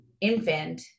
infant